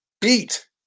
beat